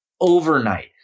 overnight